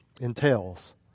entails